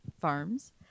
farms